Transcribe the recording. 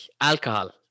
alcohol